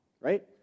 right